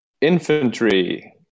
infantry